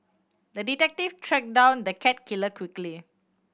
the detective tracked down the cat killer quickly